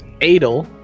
Adel